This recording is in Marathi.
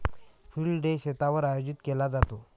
फील्ड डे शेतावर आयोजित केला जातो